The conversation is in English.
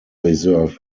reserve